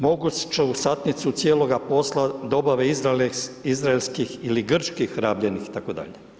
Moguću satnicu cijeloga posla dobave izraelskih ili grčkih rabljenih itd.